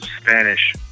Spanish